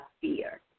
fear